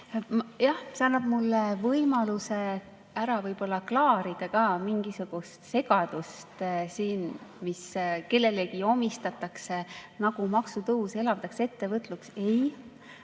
Jah, see annab mulle võimaluse ära klaarida ka mingisuguse segaduse, mis kellelegi omistatakse, nagu maksutõus elavdaks ettevõtlust. Ei,